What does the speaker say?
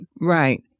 Right